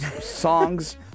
songs